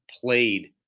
played